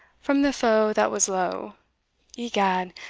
from the foe that was low egad,